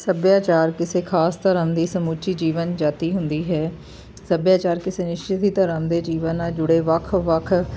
ਸੱਭਿਆਚਾਰ ਕਿਸੇ ਖਾਸ ਧਰਮ ਦੀ ਸਮੁੱਚੀ ਜੀਵਨ ਜਾਤੀ ਹੁੰਦੀ ਹੈ ਸੱਭਿਆਚਾਰ ਕਿਸੇ ਨਿਸ਼ਚਿਤ ਹੀ ਧਰਮ ਦੇ ਜੀਵਨ ਨਾਲ ਜੁੜੇ ਵੱਖ ਵੱਖ